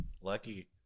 Lucky